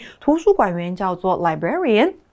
图书馆员叫做librarian